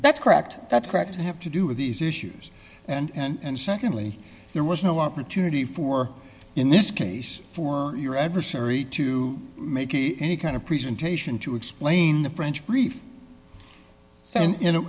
that's correct that's correct and have to do with these issues and secondly there was no opportunity for in this case for your adversary to make any kind of presentation to explain the french brief so you know